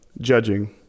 judging